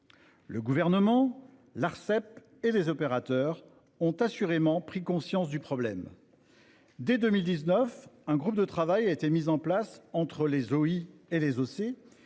Le Gouvernement, l'Arcep et les opérateurs ont pris conscience du problème : dès 2019, un groupe de travail a été mis en place entre les opérateurs